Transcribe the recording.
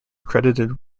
credited